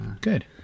Good